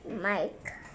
mike